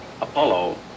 Apollo